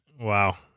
Wow